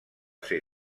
ser